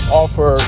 offer